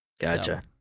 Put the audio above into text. Gotcha